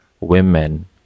women